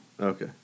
Okay